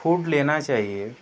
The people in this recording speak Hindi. फूड लेना चाहिए